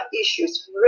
issues